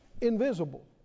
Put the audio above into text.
invisible